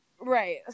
Right